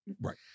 Right